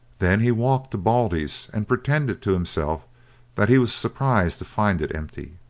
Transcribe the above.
then he walked to baldy's and pretended to himself that he was surprised to find it empty.